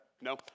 no